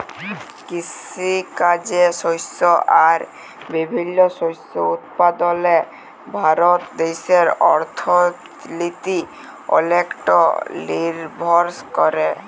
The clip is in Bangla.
কিসিকাজে শস্য আর বিভিল্ল্য শস্য উৎপাদলে ভারত দ্যাশের অথ্থলিতি অলেকট লিরভর ক্যরে